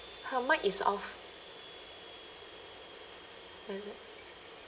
her mic is off is it